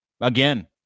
Again